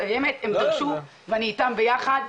ואני איתם ביחד,